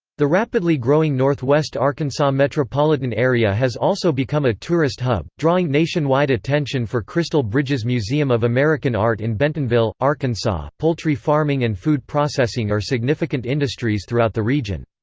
the rapidly growing northwest arkansas metropolitan area has also become a tourist hub, drawing nationwide attention for crystal bridges museum of american art in bentonville, arkansas poultry farming and food processing are significant industries throughout the region.